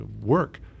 work